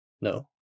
No